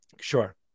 Sure